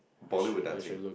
Bollywood dancing